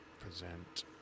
present